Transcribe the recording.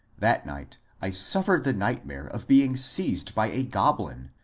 that night i suffered the nightmare of being seized by a goblin,